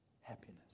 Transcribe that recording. happiness